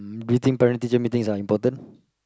do you think parent teaching meetings are important